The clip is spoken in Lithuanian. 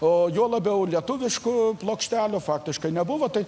o juo labiau lietuviškų plokštelių faktiškai nebuvo tai